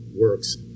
works